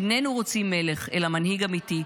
איננו רוצים מלך, אלא מנהיג אמיתי.